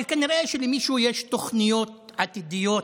אבל כנראה שלמישהו יש תוכניות עתידיות,